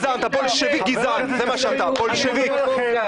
מודה לכם.